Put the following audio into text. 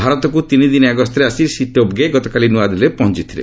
ଭାରତକୁ ତିନିଦିନିଆ ଗସ୍ତରେ ଆସି ଶ୍ରୀ ଟୋବ୍ଗେ ଗତକାଲି ନୂଆଦିଲ୍ଲୀରେ ପହଞ୍ଚିଥିଲେ